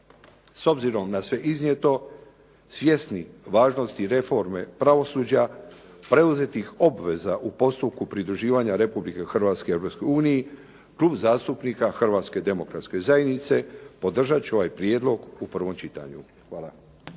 S obzirom na sve iznijeto svjesni važnosti reforme pravosuđa preuzetih obveza u postupku pridruživanja Republike Hrvatske Europskoj uniji Klub zastupnika Hrvatske demokratske zajednice podržat će ovaj prijedlog u prvom čitanju. Hvala.